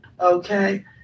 Okay